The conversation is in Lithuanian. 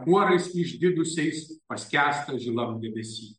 kuorais išdidusiais paskęsta žilam debesy